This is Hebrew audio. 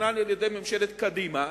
שתוכנן על-ידי ממשלת קדימה,